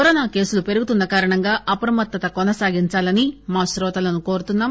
corona కేసులు పెరుగుతున్స కారణంగా అప్రమత్తత కొనసాగించాలని మా శ్రోతలను కోరుతున్నాం